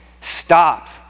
Stop